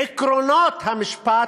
עקרונות המשפט,